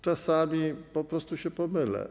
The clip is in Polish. Czasami po prostu się pomylę.